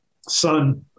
son